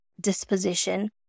disposition